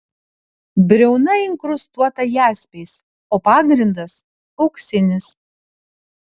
briauna inkrustuota jaspiais o pagrindas auksinis